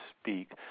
speak